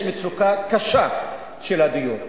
יש מצוקה קשה בדיור.